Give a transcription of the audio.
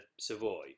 Savoy